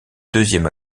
deuxième